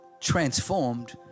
transformed